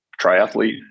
triathlete